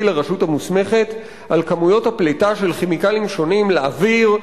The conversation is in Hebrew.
לרשות המוסמכת על כמויות הפליטה של כימיקלים שונים לאוויר,